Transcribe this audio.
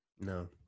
No